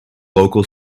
local